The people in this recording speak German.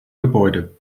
gebäude